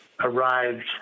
arrived